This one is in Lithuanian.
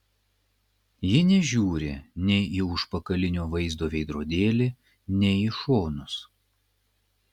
ji nežiūri nei į užpakalinio vaizdo veidrodėlį nei į šonus